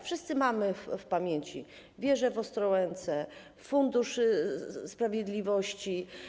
Wszyscy mamy w pamięci wieże w Ostrołęce, Fundusz Sprawiedliwości.